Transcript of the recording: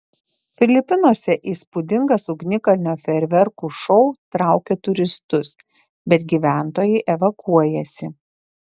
filipinuose įspūdingas ugnikalnio fejerverkų šou traukia turistus bet gyventojai evakuojasi